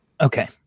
Okay